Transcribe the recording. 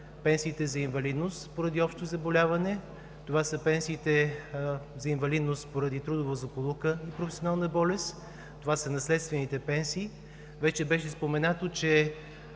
пенсиите за инвалидност поради общо заболяване, това са пенсиите за инвалидност поради трудова злополука и професионална болест, това са наследствените пенсии. Вече беше споменато, че